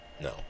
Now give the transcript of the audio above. No